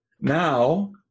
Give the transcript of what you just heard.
now